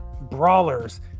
brawlers